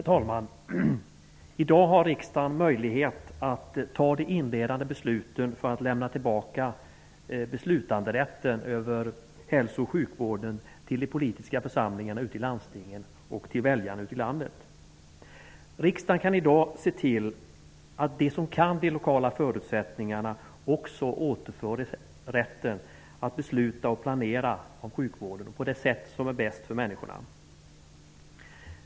Herr talman! I dag har riksdagen möjlighet att fatta de inledande besluten för att lämna tillbaka beslutanderätten över hälso och sjukvården till de politiska församlingarna i landstingen -- och därmed också till väljarna i landet. Riksdagen kan i dag se till att de som kan de lokala förutsättningarna också återfår rätten att besluta och planera sjukvården på det sätt som är bäst för människorna.